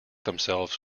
themselves